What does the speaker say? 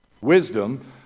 wisdom